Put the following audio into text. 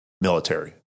military